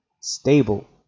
stable